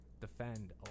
defend